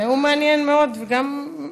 נאום מעניין מאוד, וגם,